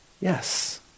Yes